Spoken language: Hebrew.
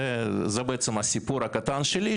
זה בעצם הסיפור הקטן שלי,